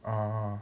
orh